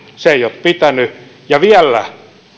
se ei ole pitänyt ja vielä